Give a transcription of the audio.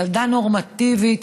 ילדה נורמטיבית,